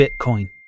Bitcoin